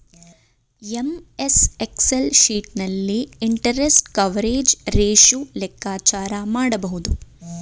MS Excel sheet ನಲ್ಲಿ interest coverage ratio ಲೆಕ್ಕಾಚಾರ ಮಾಡಬಹುದು